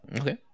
Okay